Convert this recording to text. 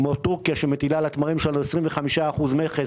כמו טורקיה שמטילה על התמרים שלנו 25% מכס